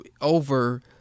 over